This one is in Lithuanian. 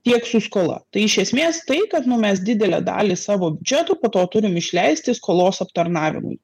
tiek su skola tai iš esmės tai kad nu mes didelę dalį savo biudžeto po to turim išleisti skolos aptarnavimui